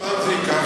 כמה זמן זה ייקח?